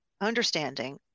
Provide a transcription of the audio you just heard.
understanding